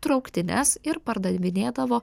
trauktines ir pardavinėdavo